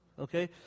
okay